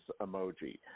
emoji